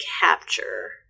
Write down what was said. capture